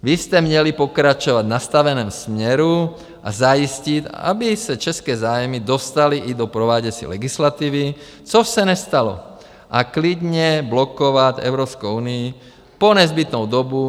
Vy jste měli pokračovat v nastaveném směru a zajistit, aby se české zájmy dostaly i do prováděcí legislativy, což se nestalo, a klidně blokovat Evropskou unii po nezbytnou dobu.